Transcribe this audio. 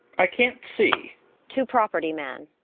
i can't see to property man.